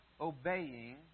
obeying